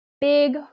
big